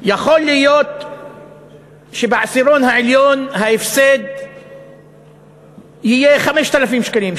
יכול להיות שבעשירון העליון ההפסד יהיה 5,000 שקלים,